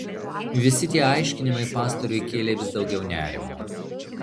visi tie aiškinimai pastoriui kėlė vis daugiau nerimo